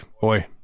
boy